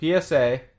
PSA